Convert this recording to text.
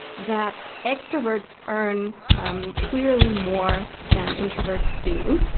that extroverts earn um clearly more than introverts do.